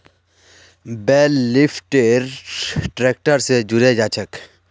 बेल lifter tractor स जुड़े जाछेक